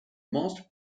master